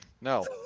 no